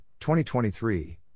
2023